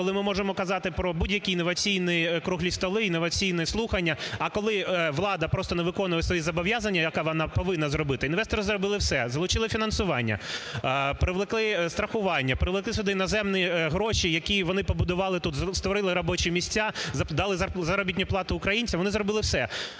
коли ми можемо казати про будь-які інноваційні круглі столи, інноваційні слухання, а коли влада просто не виконує свої зобов'язання, які вона повинна зробити. Інвестори зробили все – залучили фінансування, привлекли страхування, привлекли сюди іноземні гроші, які вони пробуду вали тут, створили робочі місця, дали заробітну плату українцям. Вони зробили все,